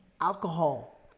alcohol